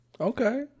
Okay